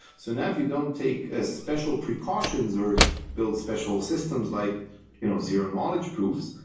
so now if you don't take ah special precautions or build special systems like you know zero-knowledge proofs,